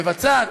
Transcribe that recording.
מבצעת,